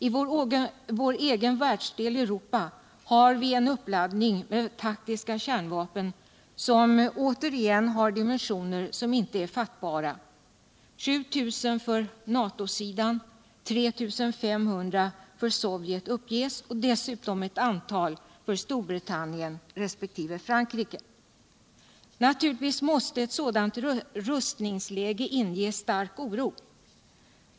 I vår egen världsdel Europa har vi en uppladdning av taktiska kärnvapen som återigen har dimensioner som inte är fattbara. 7500 för NATO-sidan och 3500 för Sovjet uppges sumt dessutom ett untal för Storbritannien resp. Frankrike. Naturligtvis måste ett sådant rustningstäge inge stark oro.